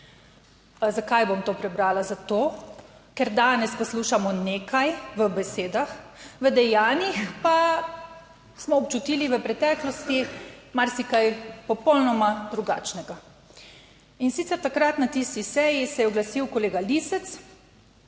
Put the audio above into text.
Zakaj bom to prebrala? Zato ker danes poslušamo nekaj v besedah, v dejanjih pa smo občutili v preteklosti marsikaj popolnoma drugačnega, in sicer takrat na tisti seji se je oglasil kolega Lisec,